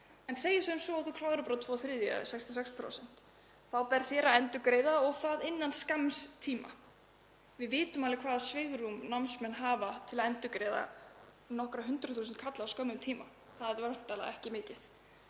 en segjum sem svo að þú klárir bara tvo þriðju, eða 66%, þá ber þér að endurgreiða og það innan skamms tíma. Við vitum alveg hvaða svigrúm námsmenn hafa til að endurgreiða nokkra hundraðþúsundkalla á skömmum tíma. Það er væntanlega ekki mikið.